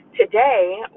Today